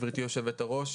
גברתי יושבת הראש,